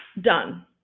done